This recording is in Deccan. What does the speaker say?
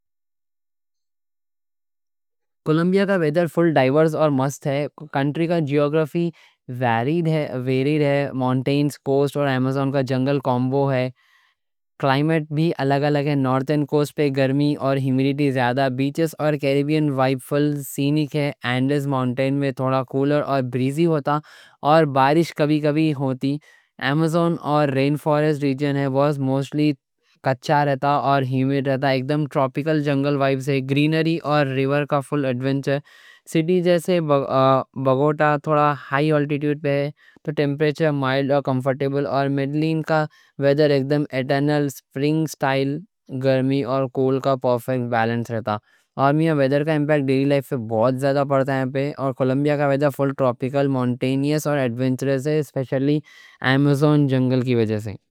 کولمبیا کا ویڈر فل ڈائیورس اور مست ہے۔ کنٹری کا جیوگرافی ویریڈ ہے۔ مانٹینز کوسٹ اور ایمازون کا جنگل کامبو ہے۔ کلائمیٹ بھی الگ الگ ہے، نورتھن کوسٹ پہ گرمی اور ہمیڈی زیادہ، بیچز اور کیریبین وائب فل سینک ہے۔ اینڈیز مانٹین میں تھوڑا کولر اور بریزی ہوتا، اور بارش کبھی کبھی ہوتی۔ ایمازون اور رین فورسٹ ریجن ہے، وہ موسٹلی کچھا رہتا اور ہمیڈ رہتا۔ جنگل وائب سے گرینری اور ریور کا فل ایڈونچر ہے۔ سٹی جیسے بگوٹا تھوڑا ہائی آلٹیٹیوٹ پہ ہے، تو ٹیمپریچر مائلڈ اور کمفورٹیبل۔ اور میڈلین کا ویڈر ایک دم ایٹرنل سپرنگ سٹائل، گرمی اور کول کا پرفیکٹ بیلنس رہتا۔ میہ ویڈر کا ایمپیکٹ ڈیلی لائف پہ بہت زیادہ پڑتا ہے، اور کولمبیا کا ویڈر فل ٹروپیکل مانٹینیس اور ایڈونچرز ہے، اسپیشلی ایمازون جنگل کی وجہ سے۔